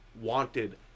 wanted